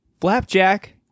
flapjack